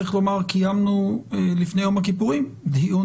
צריך לומר שקיימנו לפני יום הכיפורים דיון